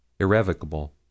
Irrevocable